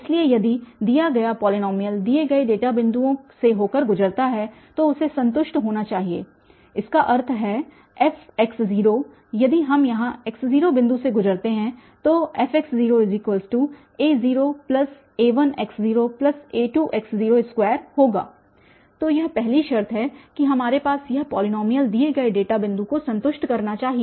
इसलिए यदि दिया गया पॉलीनॉमियल दिए गए डेटा बिंदुओं से होकर गुजरता है तो उसे संतुष्ट होना चाहिए इसका अर्थ है fयदि हम यहाँ x0 बिंदु से गुजरते हैं तो fx0a0a1x0a2x02 होगा तो यह पहली शर्त है कि हमारे पास यह पॉलीनॉमियल दिए गए डेटा बिंदु को संतुष्ट करना चाहिए